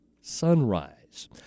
sunrise